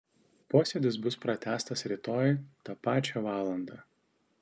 posėdis bus pratęstas rytoj tą pačią valandą